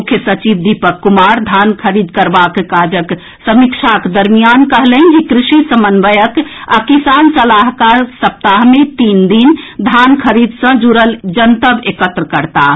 मुख्य सचिव दीपक कुमार धान खरीद करबाक कार्यक समीक्षाक दरमियान कहलनि जे कृषि समन्वयक आ किसान सलाहाकर सप्ताह मे तीन दिन धान खरीद सँ जुड़ल जनतब एकत्र करताह